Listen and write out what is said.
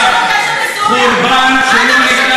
חורבן שלא ניתן, מה אתה מקשקש?